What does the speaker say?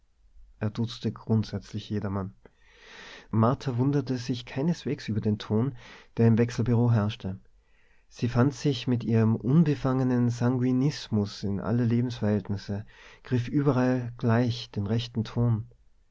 er duzte grundsätzlich jedermann martha wunderte sich keineswegs über den ton der im wechselbureau herrschte sie fand sich mit ihrem unbefangenen sanguinismus in alle lebensverhältnisse griff überall gleich den rechten ton